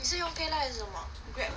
你是用 Paylah 还是什么 Grab